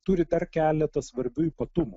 turi tarti keletą svarbių ypatumų